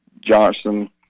Johnson